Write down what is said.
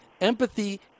Empathy